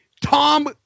Tom